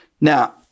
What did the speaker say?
Now